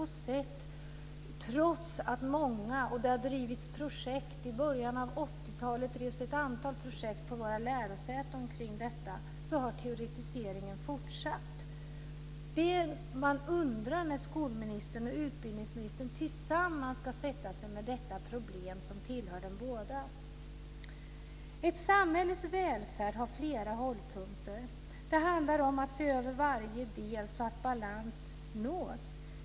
I början av 80-talet drevs ett antal projekt på våra lärosäten omkring detta, men trots det har teoretiseringen fortsatt. Man undrar när skolministern och utbildningsministern tillsammans ska sätta sig med detta problem, som tillhör dem båda. Ett samhälles välfärd har flera hållpunkter. Det handlar om att se över varje del, så att balans nås.